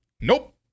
nope